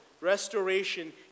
restoration